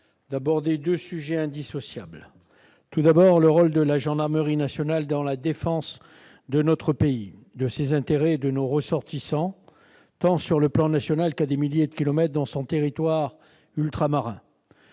d'aborder deux sujets indissociables. J'évoquerai tout d'abord le rôle de la gendarmerie nationale dans la défense de notre pays, de ses intérêts et de nos ressortissants, tant sur le sol national qu'à des milliers de kilomètres, dans nos territoires ultramarins.